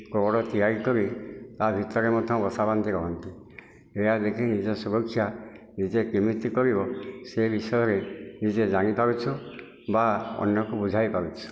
କୋରଡ଼ ତିଆରି କରି ତା ଭିତରେ ମଧ୍ୟ ବସା ବାନ୍ଧି ରହନ୍ତି ଏହା ଦେଖି ନିଜ ସୁରକ୍ଷା ନିଜେ କେମିତି କରିବ ସେ ବିଷୟରେ ନିଜେ ଜାଣି ପାରୁଛୁ ବା ଅନ୍ୟକୁ ବୁଝାଇ ପାରୁଛୁ